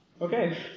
Okay